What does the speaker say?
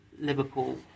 Liverpool